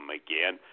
again